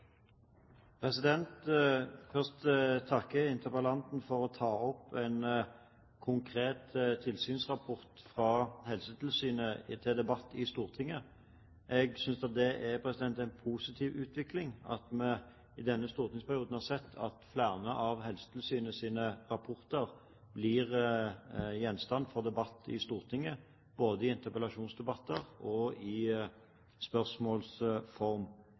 først takke interpellanten for å ta en konkret tilsynsrapport fra Helsetilsynet opp til debatt i Stortinget. Jeg synes det er en positiv utvikling at vi i denne stortingsperioden har sett at flere av Helsetilsynets rapporter blir gjenstand for debatt i Stortinget, både i interpellasjonsdebatter og i